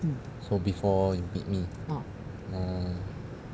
so before you meet me oh